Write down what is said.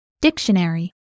Dictionary